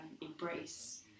embrace